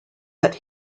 that